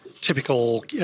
typical